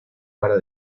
para